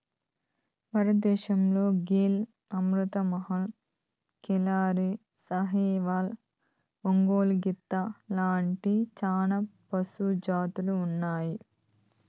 భారతదేశంలో గిర్, అమృత్ మహల్, కిల్లారి, సాహివాల్, ఒంగోలు గిత్త లాంటి చానా పశు జాతులు ఉన్నాయి